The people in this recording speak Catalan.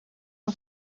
amb